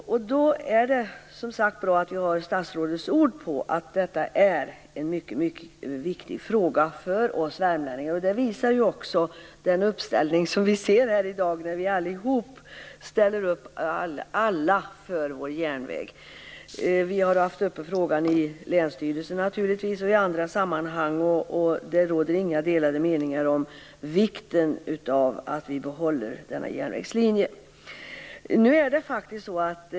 Det är bra att vi har statsrådets ord på att detta är en viktig fråga för oss värmlänningar. Det visar också den uppställning vi ser här i dag: Vi ställer allihop upp för vår järnväg. Frågan har naturligtvis varit uppe i länsstyrelsen och i andra sammanhang. Det råder inga delade meningar om vikten av att behålla denna järnvägslinje.